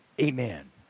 amen